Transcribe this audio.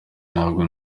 ntabwo